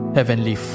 Heavenly